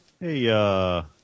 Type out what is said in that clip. hey